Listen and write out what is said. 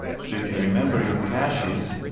so if you remember your caches,